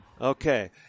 Okay